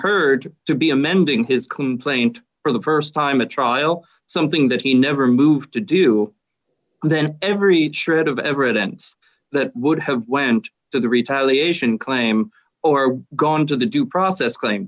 heard to be amending his complaint for the st time a trial something that he never moved to do then every shred of evidence that would have went to the retaliation claim or gone to the due process claim